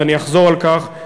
ואני אחזור על כך,